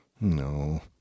no